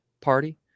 party